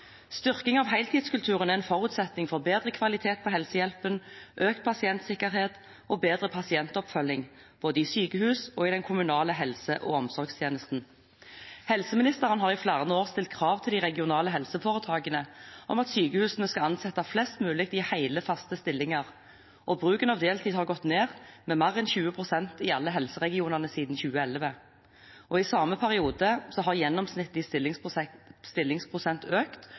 Styrking av heltidskulturen er en forutsetning for bedre kvalitet på helsehjelpen, økt pasientsikkerhet og bedre pasientoppfølging både i sykehus og i den kommunale helse- og omsorgstjenesten. Helseministeren har i flere år stilt krav til de regionale helseforetakene om at sykehusene skal ansette flest mulig i hele, faste stillinger, og bruken av deltid har gått ned med mer enn 20 pst. i alle helseregionene siden 2011. I samme periode har gjennomsnittlig stillingsprosent økt